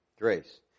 Grace